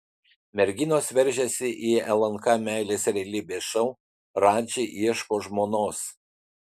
merginos veržiasi į lnk meilės realybės šou radži ieško žmonos